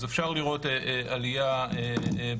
אז אפשר לראות עלייה בקצב.